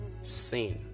sin